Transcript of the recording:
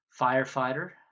Firefighter